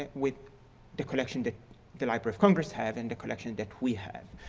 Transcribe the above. ah with the collection that the library of congress have and the collection that we have.